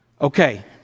Okay